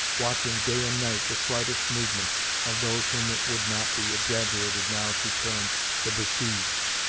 watching day and night the slightest movement of those whom it would not be exaggerated now to term the besieged.